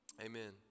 Amen